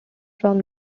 from